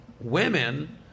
women